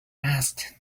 asked